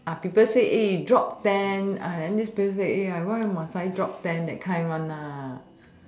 uh people say eh drop ten uh then this people say eh why must I drop ten that kind one lah